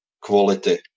quality